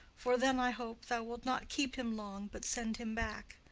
for then i hope thou wilt not keep him long but send him back.